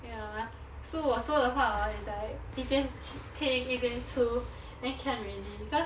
ya so 我说的话 hor it's like 一边听一边出 then can already because